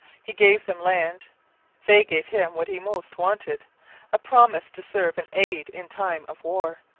he gave them land they gave him what he most wanted a promise to serve and aid in time of war.